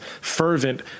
fervent